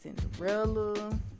Cinderella